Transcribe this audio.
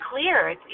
clear